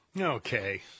Okay